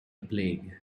plague